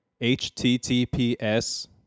https